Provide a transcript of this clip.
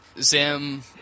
Zam